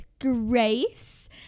grace